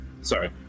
Sorry